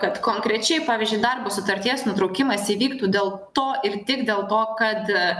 kad konkrečiai pavyzdžiui darbo sutarties nutraukimas įvyktų dėl to ir tik dėl to kad